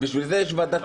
בשביל זה יש ועדת הכנסת.